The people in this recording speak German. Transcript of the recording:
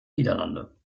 niederlande